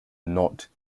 not